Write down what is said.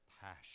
passion